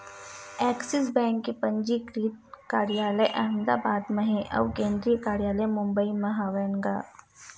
Axis bank के पंजीकृत कारयालय अहमदाबाद म हे अउ केंद्रीय कारयालय मुबई म हवय न गा